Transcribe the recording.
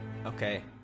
Okay